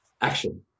action